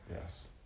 Yes